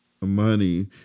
money